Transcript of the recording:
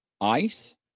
ice